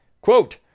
Quote